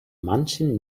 manchen